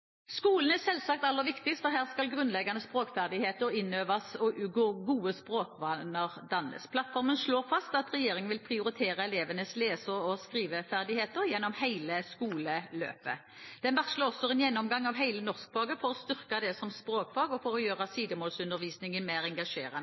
Skolen er selvsagt aller viktigst, for her skal grunnleggende språkferdigheter innøves og gode språkvaner dannes. Plattformen slår fast at regjeringen vil prioritere elevenes lese- og skriveferdigheter gjennom hele skoleløpet. Den varsler også en gjennomgang av hele norskfaget for å styrke det som språkfag og for å gjøre